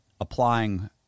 applying